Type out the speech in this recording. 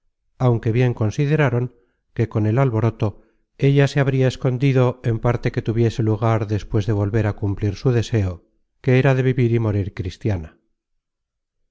aunque bien consideraron que con el alboroto ella se habria escondido en parte que tuviese lugar despues de volver á cumplir su deseo que era de vivir y morir cristiana